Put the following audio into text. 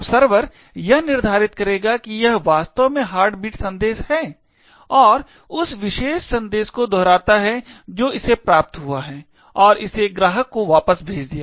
अब सर्वर यह निर्धारित करेगा कि यह वास्तव में हार्टबीट संदेश है और उस विशेष संदेश को दोहराता है जो इसे प्राप्त हुआ और इसे ग्राहक को वापस भेज दिया